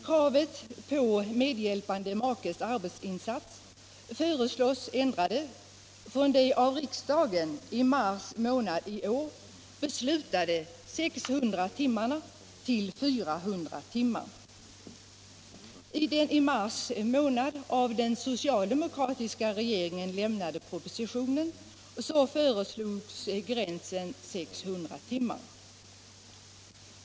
Kravet på medhjälpande makes arbetsinsats föreslås ändrat från de av riksdagen i mars månad i år beslutade 600 timmarna till 400 timmar. I den i mars månad av den socialdemokratiska regeringen lämnade propositionen föreslogs gränsen 600 timmar.